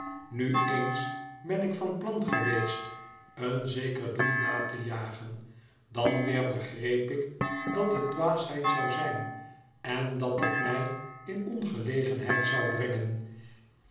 nu eens ben ik van plan geweest een zeker doel na te jagen dan weer begreep ik dat het dwaasheid zou zijn en dat het mij in ongelegenheid zou brengen